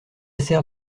sert